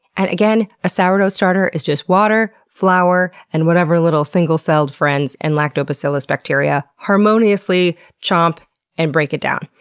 and again, a sourdough starter is just water, flour and whatever little single celled friends and lactobacillus bacteria harmoniously chomp and break it down.